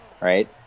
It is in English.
right